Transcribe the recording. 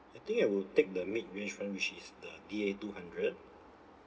I think I would take the mid range [one] which is the D A two hundred